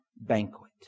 banquet